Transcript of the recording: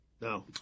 No